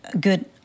good